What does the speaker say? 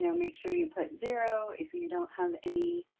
you know make sure you put zero. if you don't have any